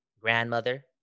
grandmother